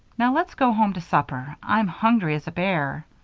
now let's go home to supper i'm hungry as a bear.